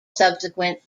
subsequent